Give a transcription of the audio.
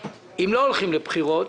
ואם לא הולכים לבחירות,